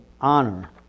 honor